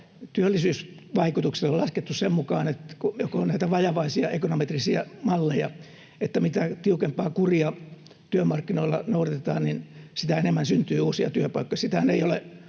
työllisyysvaikutukset on laskettu sen mukaan, että on näitä vajavaisia ekonometrisiä malleja siitä, että mitä tiukempaa kuria työmarkkinoilla noudatetaan, sitä enemmän syntyy uusia työpaikkoja.